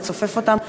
לצופף אותם,